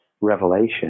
revelation